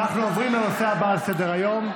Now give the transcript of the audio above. אנחנו עוברים לנושא הבא על סדר-היום,